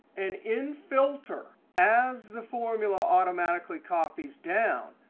and in filter, as the formula automatically copies down,